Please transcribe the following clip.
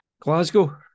Glasgow